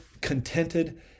contented